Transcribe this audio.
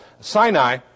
Sinai